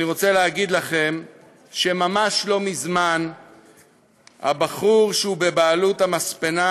אני רוצה להגיד לכם שממש לא מזמן הבחור שהוא מבעלי המספנה